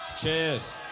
Cheers